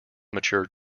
mature